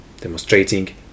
demonstrating